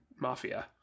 mafia